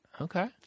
Okay